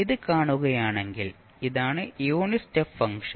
ഇത് കാണുകയാണെങ്കിൽ ഇതാണ് യൂണിറ്റ് സ്റ്റെപ്പ് ഫംഗ്ഷൻ